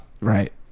right